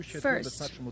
First